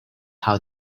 how